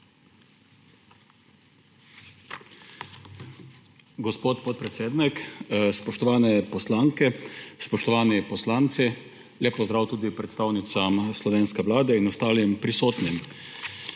Gospod podpredsednik, spoštovane poslanke, spoštovani poslanci! Lep pozdrav tudi predstavnicam slovenske Vlade in ostalim prisotnim!